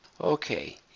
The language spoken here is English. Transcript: Okay